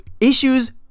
issues